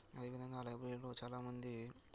అదేవిధంగా ఆ లైబ్రరీలో చాలా మంది